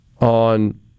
on